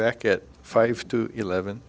back at five to eleven